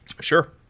Sure